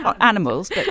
animals